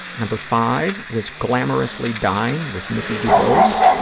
number five was glamorously dying with nikki dubose.